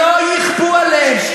שלא יכפו עליהם.